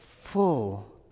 full